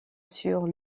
sur